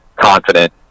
confident